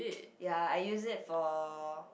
ya I use it for